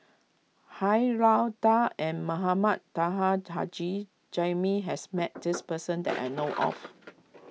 Han Lao Da and Mohamed Taha Haji Jamil has met this person that I know of